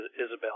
Isabel